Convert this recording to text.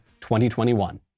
2021